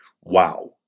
wow